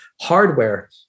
hardware